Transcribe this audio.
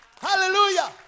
Hallelujah